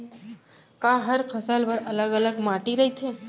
का हर फसल बर अलग अलग माटी रहिथे?